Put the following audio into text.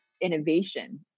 innovation